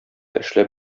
эшләп